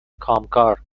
کامکار